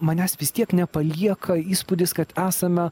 manęs vis tiek nepalieka įspūdis kad esame